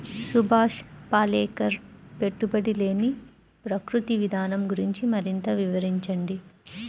సుభాష్ పాలేకర్ పెట్టుబడి లేని ప్రకృతి విధానం గురించి మరింత వివరించండి